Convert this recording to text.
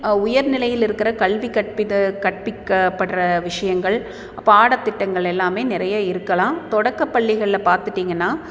உயர்நிலையில் இருக்கிற கல்வி கற்பித்த கற்பிக்கப்படுற விஷயங்கள் பாடத் திட்டங்கள் எல்லாமே நிறைய இருக்கலாம் தொடக்க பள்ளிகளில் பார்த்துட்டிங்கன்னா